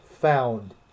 found